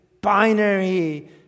binary